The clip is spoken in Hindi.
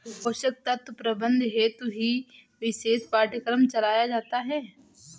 पोषक तत्व प्रबंधन हेतु ही विशेष पाठ्यक्रम चलाया जाता है